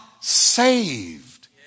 saved